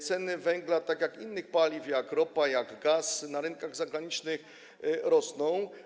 Ceny węgla, tak jak innych paliw, tj. ropy i gazu, na rynkach zagranicznych rosną.